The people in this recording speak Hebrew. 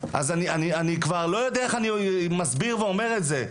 אז אני כבר לא יודע איך אני מסביר ואומר את זה,